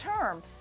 term